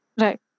Right